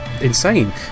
insane